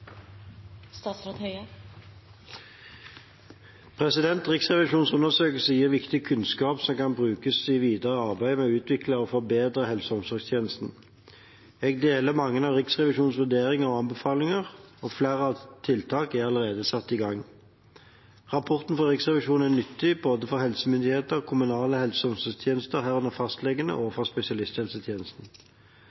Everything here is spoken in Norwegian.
Riksrevisjonens undersøkelse gir viktig kunnskap som kan brukes i videre arbeid med å utvikle og forbedre helse- og omsorgstjenesten. Jeg deler mange av Riksrevisjonens vurderinger og anbefalinger, og flere tiltak er allerede satt i gang. Rapporten fra Riksrevisjonen er nyttig både for helsemyndigheter, for kommunale helse- og omsorgstjenester, herunder fastlegene, og